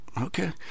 Okay